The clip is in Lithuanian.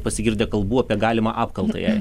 pasigirdę kalbų apie galimą apkaltą jai